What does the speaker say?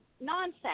nonsense